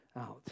out